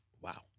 Wow